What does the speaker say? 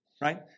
right